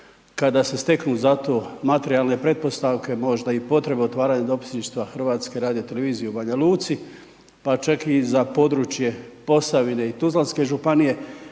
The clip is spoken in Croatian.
kada se steknu za to materijalne pretpostavke možda i potreba otvaranja dopisništva Hrvatske radio televizije u Banja Luci, pa čak i za područje Posavine i Tuzlanske županije,